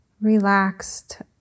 relaxed